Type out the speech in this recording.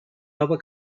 nova